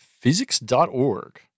physics.org